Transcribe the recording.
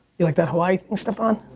you like that? hawaii? stefan,